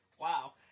Wow